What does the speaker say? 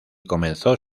comenzó